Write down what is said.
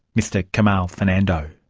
mr kamal fernando.